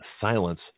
silence